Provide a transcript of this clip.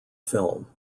film